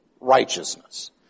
righteousness